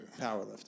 Powerlifting